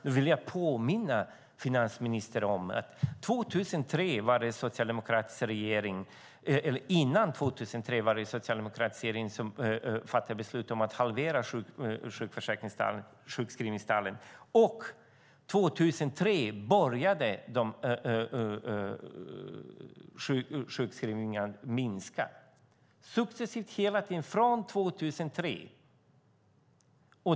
Jag vill påminna finansministern om att det var en socialdemokratisk regering före 2003. Det var en socialdemokratisk regering som fattade beslut om att halvera sjukskrivningstalen. Och 2003 började sjukskrivningarna successivt att minska.